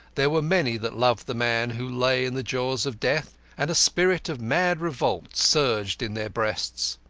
there were many that loved the man who lay in the jaws of death, and a spirit of mad revolt surged in their breasts.